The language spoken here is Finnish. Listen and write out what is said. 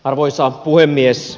arvoisa puhemies